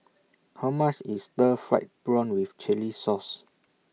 How much IS Stir Fried Prawn with Chili Sauce